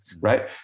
right